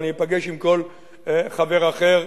ואני אפגש עם כל חבר אחר.